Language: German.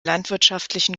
landwirtschaftlichen